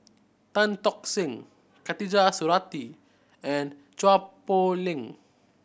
Tan Tock San Khatijah Surattee and Chua Poh Leng